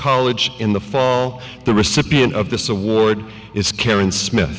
college in the fall the recipient of this award is karen smith